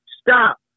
stop